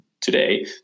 today